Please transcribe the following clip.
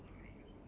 ya